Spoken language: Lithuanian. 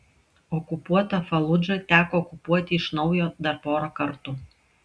okupuotą faludžą teko okupuoti iš naujo dar porą kartų